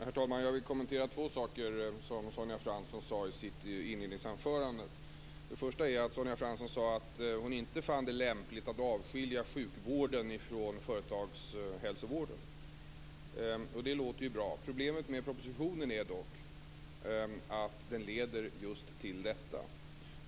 Herr talman! Jag vill kommentera två saker som Sonja Fransson sade i sitt inledningsanförande. Det första är att Sonja Fransson sade att hon inte fann det lämpligt att avskilja sjukvården från företagshälsovården. Det låter ju bra. Problemet med propositionen är dock att den leder just till detta.